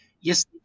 Yes